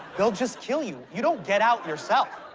they'll just kill you. you don't get out yourself.